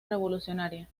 revolucionaria